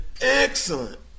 excellent